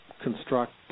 construct